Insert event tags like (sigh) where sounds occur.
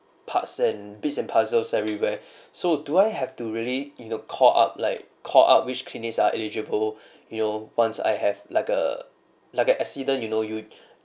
parts and bits and puzzles everywhere (breath) so do I have to really you know call up like call up which clinics are eligible (breath) you know once I have like a like a accident you know you